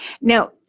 now